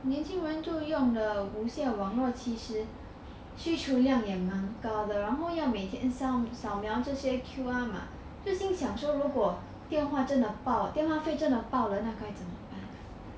年轻就用了无线网络其实叙述量也蛮高的然后要每天扫描这些 Q_R 码就心想说如果电话真的爆电话费真的爆了那该怎么办